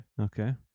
Okay